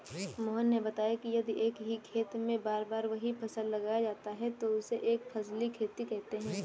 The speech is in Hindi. मोहन ने बताया कि यदि एक ही खेत में बार बार वही फसल लगाया जाता है तो उसे एक फसलीय खेती कहते हैं